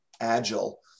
agile